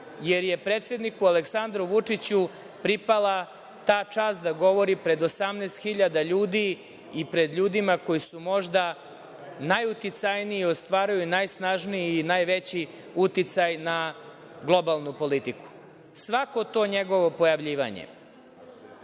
jer je predsedniku Aleksandru Vučiću pripala ta čast da govori pred 18.000 ljudi i pred ljudima koji su možda najuticajniji i ostvaruju najsnažniji i najveći uticaj na globalnu politiku. Svako to njegovo pojavljivanje,